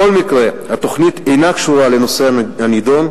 בכל מקרה, התוכנית אינה קשורה לנושא הנדון.